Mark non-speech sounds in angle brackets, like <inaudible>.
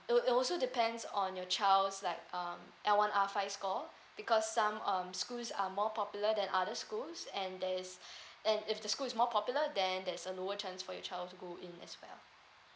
it it also depends on your child's like um L one R five score <breath> because some um schools are more popular than other schools and there is <breath> and if the school is more popular than there's a lower chances for your child to go in as well